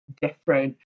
different